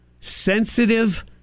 sensitive